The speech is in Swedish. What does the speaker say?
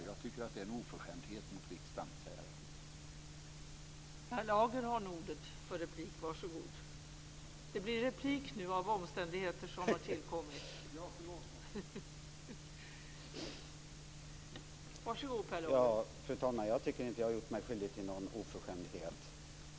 Jag tycker att det är en oförskämdhet mot riksdagen att säga det.